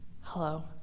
Hello